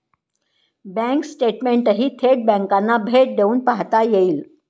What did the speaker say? bank स्टेटमेंटही थेट बँकांना भेट देऊन पाहता येईल